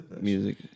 music